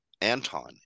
Anton